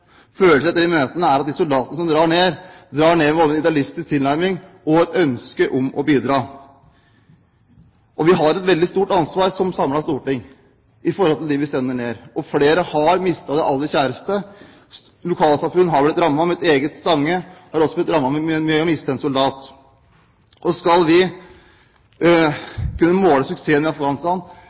etter de møtene er at de soldatene som drar ned, drar ned med både en idealistisk tilnærming og et ønske om å bidra. Vi har som et samlet storting et veldig stort ansvar for dem vi sender ned, og flere har mistet sine aller kjæreste. Lokalsamfunn har blitt rammet. Mitt eget, Stange, har også blitt rammet, ved å miste en soldat. Og skal vi kunne måle suksessen i Afghanistan